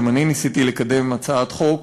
גם אני ניסיתי לקדם הצעת חוק.